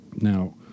Now